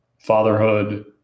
fatherhood